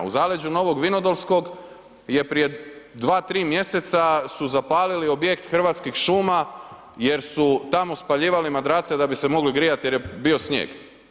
U zaleđu Novog Vinodolskog je prije 2, 3 mjeseca su zapalili objekt Hrvatskih šuma jer su tamo spaljivali madrace da bi se mogli grijati jer je bio snijeg.